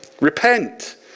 Repent